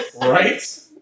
Right